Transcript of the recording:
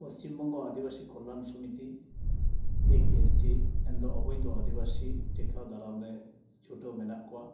ᱯᱚᱥᱪᱤᱢᱵᱚᱝᱜᱚ ᱟᱹᱫᱤᱵᱟᱹᱥᱤ ᱠᱚᱞᱞᱟᱱ ᱥᱚᱢᱤᱛᱤ fake ST ᱮᱱᱫᱚ ᱚᱵᱳᱭᱫᱷᱚ ᱟᱹᱫᱤᱵᱟᱹᱥᱤ ᱴᱮᱠᱟᱣ ᱫᱟᱨᱟᱢᱨᱮ ᱪᱷᱩᱴᱟᱹᱣ ᱢᱮᱱᱟᱜ ᱠᱚᱣᱟ